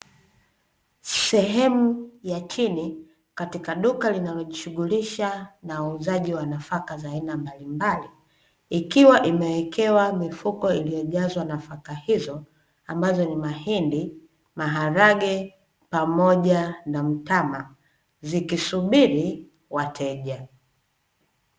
Sehemu ya chini katika duka linalojishughulisha na uuzaji wa nafaka za aina mbalimbali, ikiwa imewekewa mifuko iliyojazwa nafaka hizo, ambazo ni mahindi, maharage pamoja na mtama, zikisubiri wateja.